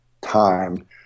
time